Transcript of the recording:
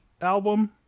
album